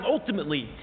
ultimately